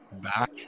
back